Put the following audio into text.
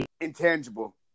intangible